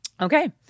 Okay